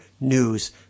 news